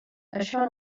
això